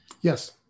Yes